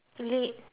elite